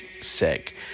sick